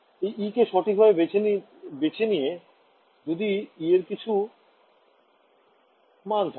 এই e কে সঠিকভাবে বেছে নিয়ে যদি e এর কিছু মাণ থাকে